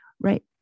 right